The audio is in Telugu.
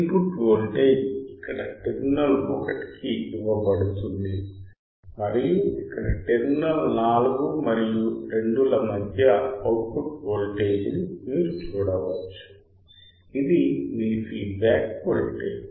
ఇన్పుట్ వోల్టేజ్ ఇక్కడ టెర్మినల్ 1 కి ఇవ్వబడుతుంది మరియు ఇక్కడ టెర్మినల్ 4 మరియు 2 ల మధ్య అవుట్పుట్ వోల్టేజ్ ని మీరు చూడవచ్చు ఇది మీ ఫీడ్బ్యాక్ వోల్టేజ్